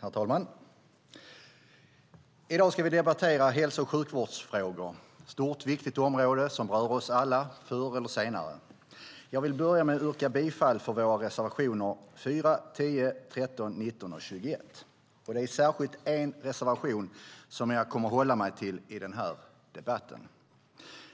Herr talman! I dag ska vi debattera hälso och sjukvård. Det är ett stort och viktigt område som berör oss alla förr eller senare. Jag börjar med att yrka bifall till våra reservationer 4, 10, 13, 18 och 20. Det är särskilt en reservation som jag kommer att hålla mig till i denna debatt, och